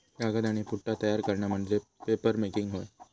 कागद आणि पुठ्ठा तयार करणा म्हणजे पेपरमेकिंग होय